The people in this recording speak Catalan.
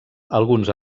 alguns